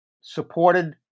supported